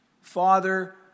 Father